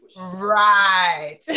Right